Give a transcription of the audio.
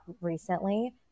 recently